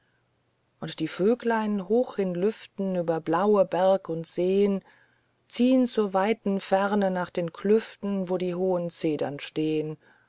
und die vöglein hoch in lüften über blaue berg und seen ziehn zur ferne nach den klüften wo die hohen zedern stehn